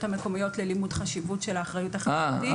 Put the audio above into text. המקומיות ללימוד חשיבות של האחריות החברתית",